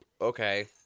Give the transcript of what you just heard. Okay